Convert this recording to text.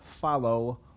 follow